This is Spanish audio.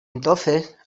entonces